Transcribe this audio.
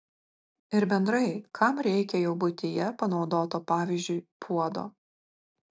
ir bendrai kam reikia jau buityje panaudoto pavyzdžiui puodo